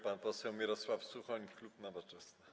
Pan poseł Mirosław Suchoń, klub Nowoczesna.